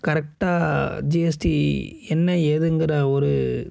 கரெக்டாக ஜிஎஸ்டி என்ன ஏதுங்குற ஒரு